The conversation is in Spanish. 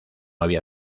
había